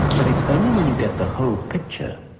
but it's only when you get the whole picture,